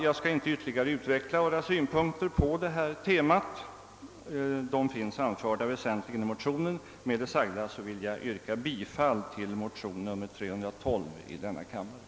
Jag skall inte ytterligare utveckla våra synpunkter på det här temat. De finns väsentligen anförda i motionen. Med det sagda vill jag yrka bifall till motion nr 312 i denna kammare.